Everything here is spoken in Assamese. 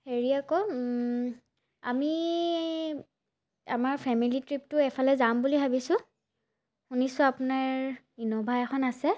হেৰি আকৌ আমি আমাৰ ফেমিলি ট্ৰিপটো এফালে যাম বুলি ভাবিছোঁ শুনিছোঁ আপোনাৰ ইন'ভা এখন আছে